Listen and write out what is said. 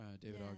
David